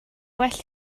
well